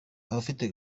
abafite